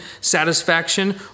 satisfaction